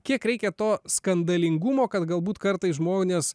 kiek reikia to skandalingumo kad galbūt kartais žmonės